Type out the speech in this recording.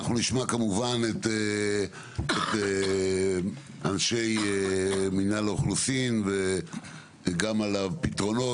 נשמע כמובן את אנשי מנהל האוכלוסין גם על הפתרונות,